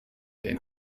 den